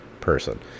person